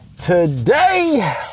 Today